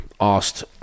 asked